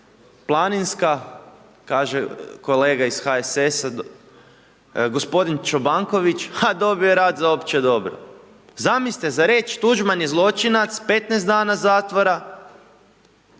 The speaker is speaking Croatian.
Planinska, kaže kolega iz HSS-a, g. Čobanković, ha, dobio je rad za opće dobro. Zamislite, za reć Tuđman je zločinac, 15 dana zatvora,